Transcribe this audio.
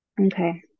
Okay